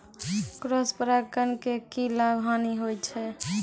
Cross परागण के की लाभ, हानि होय छै?